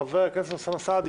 חבר הכנסת אוסאמה סעדי.